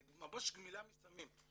זה ממש גמילה מסמים,